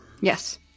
yes